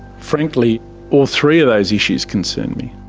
frankly all three of those issues concern me.